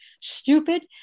stupid